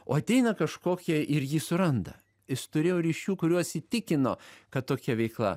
o ateina kažkokie ir jį suranda jis turėjo ryšių kuriuos įtikino kad tokia veikla